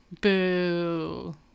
Boo